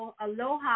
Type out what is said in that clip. aloha